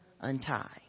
untie